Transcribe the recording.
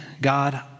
God